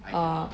orh